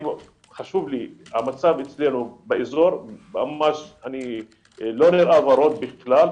המצב אצלנו באזור לא נראה ורוד בכלל.